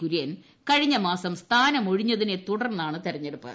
കുര്യൻ കഴിഞ്ഞമാസം സ്ഥാനമൊഴിഞ്ഞതിനെ തുടർന്നാണ് തിരഞ്ഞെടുപ്പ്